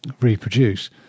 reproduce